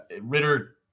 Ritter